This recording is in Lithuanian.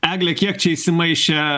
egle kiek čia įsimaišę